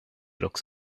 looks